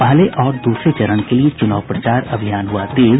पहले और दूसरे चरण के लिये चुनाव प्रचार अभियान हुआ तेज